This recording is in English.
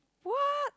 what